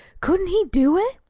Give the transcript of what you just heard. couldn't he do it?